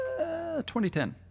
2010